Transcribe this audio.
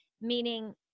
Meaning